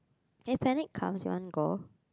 if Panic comes do you want to go